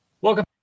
Welcome